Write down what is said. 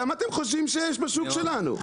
כמה אתם חושבים שיש בשוק שלנו?